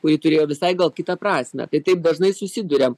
kuri turėjo visai gal kitą prasmę tai taip dažnai susiduriam